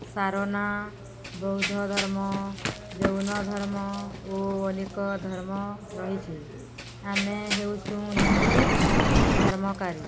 ସାରନା ବୌଦ୍ଧ ଧର୍ମ ଜୈନ ଧର୍ମ ଓ ଅନେକ ଧର୍ମ ରହିଛି ଆମେ ହେଉଛୁ ହିନ୍ଦୁ ଧର୍ମକାରୀ